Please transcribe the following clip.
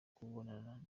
kubonana